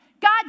God